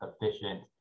efficient